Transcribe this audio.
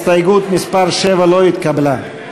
הסתייגות מס' 7 לא התקבלה.